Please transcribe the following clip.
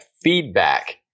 feedback